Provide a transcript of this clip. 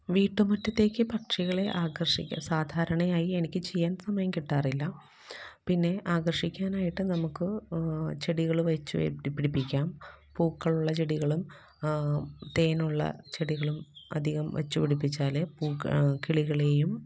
വീട്ടുമുറ്റത്തേക്ക് പക്ഷികളെ ആകർഷിക്കാൻ സാധാരണയായി എനിക്ക് ചെയ്യാൻ സമയം കിട്ടാറില്ല പിന്നെ ആകർഷിക്കാനായിട്ട് നമുക്ക് ചെടികൾ വെച്ചിട്ട് പിടിപ്പിക്കാം പൂക്കളുള്ള ചെടികളും തേനുള്ള ചെടികളും അധികം വെച്ചുപിടിപ്പിച്ചാലേ പൂ കിളികളെയും